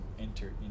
enter